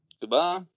Goodbye